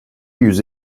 yüz